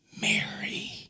Mary